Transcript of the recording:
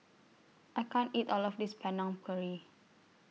I can't eat All of This Panang Curry